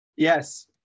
Yes